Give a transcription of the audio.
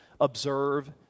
observe